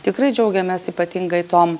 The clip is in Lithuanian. tikrai džiaugiamės ypatingai tom